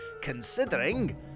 considering